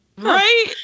right